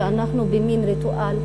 שאנחנו במין ריטואל.